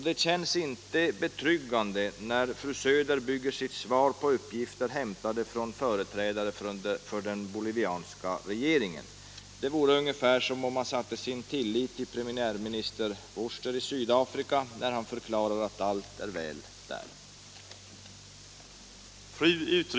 Det känns inte betryggande när fru Söder bygger sitt svar på uppgifter hämtade från företrädare för den bolivianska regeringen. Att lita på de uppgifterna är ungefär som om man satte sin lit till premiärminister Vorster i Sydafrika när han förklarar att allt är väl där.